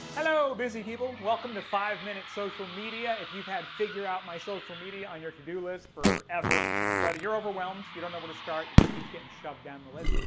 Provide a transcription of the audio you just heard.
hello busy people! welcome to five minute social media. if you've had figure out my social media on your to do list forever but you're overwhelmed, you don't know where to start, it just keeps getting shoved down the list,